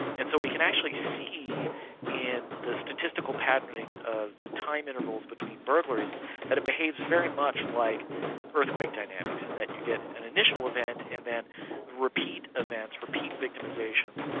and so we can actually see in the statistical patterning of the time intervals between burglaries that it behaves very much like earthquake dynamics, in that you get an initial event and then repeat events, repeat victimisations,